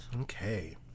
Okay